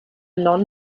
non